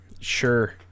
Sure